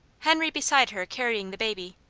henry beside her carrying the baby,